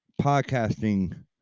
podcasting